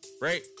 Right